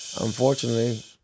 unfortunately